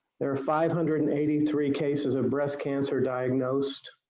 there are five hundred and eighty three cases of breast cancer diagnosed,